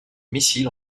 missile